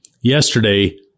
yesterday